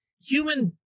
human